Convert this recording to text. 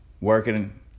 working